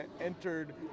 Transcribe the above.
entered